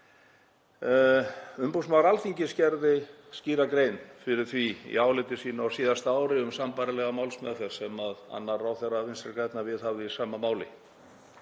Umboðsmaður Alþingis gerði skýra grein fyrir því í áliti sínu á síðasta ári um sambærilega málsmeðferð sem annar ráðherra Vinstri grænna viðhafði í sama máli.